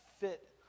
fit